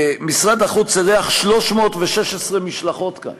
משרד החוץ אירח 316 משלחות כאן